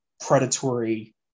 predatory